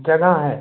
जगह है